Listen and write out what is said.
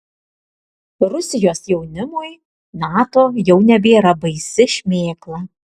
rusijos jaunimui nato jau nebėra baisi šmėkla